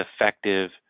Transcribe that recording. effective